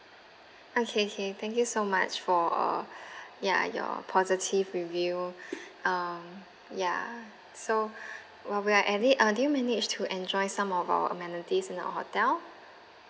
okay okay thank you so much for ya your positive review um ya so while we are at it uh did you managed to enjoy some of our amenities in the hotel